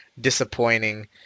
disappointing